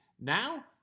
Now